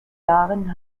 jahren